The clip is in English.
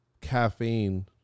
caffeine